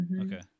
Okay